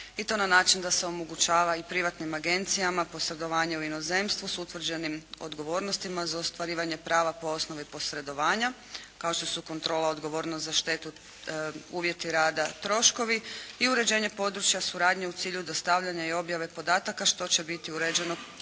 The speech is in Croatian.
i to na način da se omogućava i privatnim agencijama posredovanjem u inozemstvu s utvrđenim odgovornostima za ostvarivanje prava po osnovi posredovanja kao što su kontrola, odgovornost za štetu, uvjeti rada, troškovi i uređenje područja suradnje u cilju dostavljanja i objave podataka što će biti uređeno